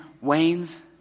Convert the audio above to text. wanes